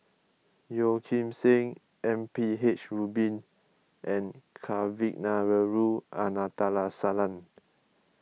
Yeo Kim Seng M P H Rubin and Kavignareru